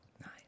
Nice